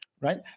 right